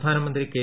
പ്രധാനമന്ത്രി കെ